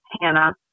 Hannah